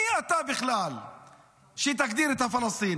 מי אתה בכלל שתגדיר את הפלסטינים?